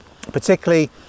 particularly